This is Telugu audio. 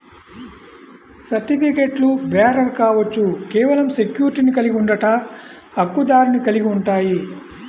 సర్టిఫికెట్లుబేరర్ కావచ్చు, కేవలం సెక్యూరిటీని కలిగి ఉండట, హక్కుదారుని కలిగి ఉంటాయి,